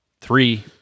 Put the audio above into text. three